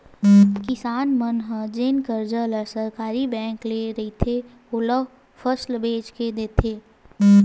किसान मन ह जेन करजा ल सहकारी बेंक ले रहिथे, ओला फसल बेच के देथे